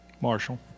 Marshall